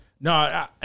No